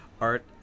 art